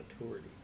maturity